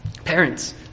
Parents